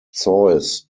zeus